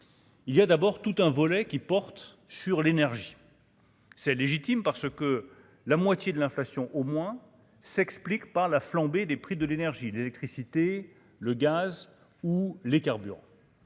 Il y a d'abord tout un volet qui porte sur l'énergie. C'est légitime parce que la moitié de l'inflation au moins s'explique par la flambée des prix de l'énergie, l'électricité, le gaz ou les carburants,